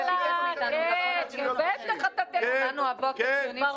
יאללה, כן, בטח אתה --- כן, כן, כן.